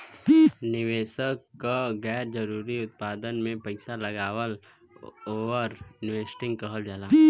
निवेशक क गैर जरुरी उत्पाद में पैसा लगाना ओवर इन्वेस्टिंग कहल जाला